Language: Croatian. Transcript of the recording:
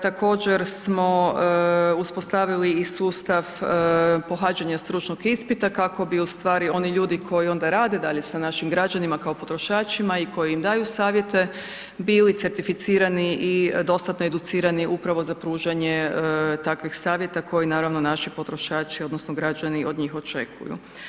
Također smo uspostavili i sustav pohađanja stručnog ispita kako bi ustvari oni ljudi koji onda rade dalje sa našim građanima kao potrošačima i koji im daju savjete, bili certificirani i dostatno educirani upravo za pružanje takvih savjeta koji naravno, naši potrošači odnosno građani od njih očekuju.